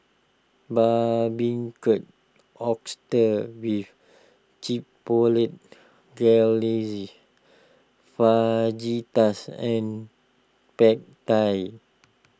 Barbecued Oysters with Chipotle Glaze Fajitas and Pad Thai